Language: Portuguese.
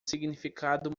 significado